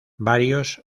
varios